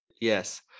Yes